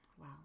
Wow